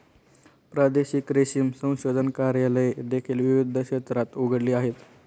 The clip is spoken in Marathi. प्रादेशिक रेशीम संशोधन कार्यालये देखील विविध क्षेत्रात उघडली आहेत